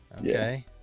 Okay